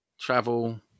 travel